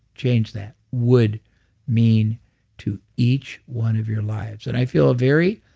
change that. would mean to each one of your lives. and i feel very